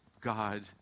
God